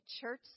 church